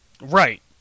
Right